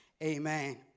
Amen